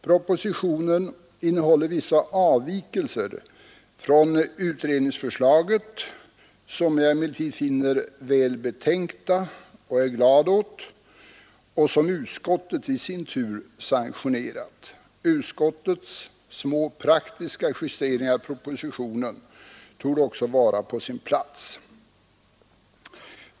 Propositionen innehåller vissa avvikelser från utredningsförslaget, som jag emellertid finner välbetänkta och nödvändiga och som utskottet sanktionerat. Utskottets små men praktiska justeringar i propositionen torde också vara på sin plats.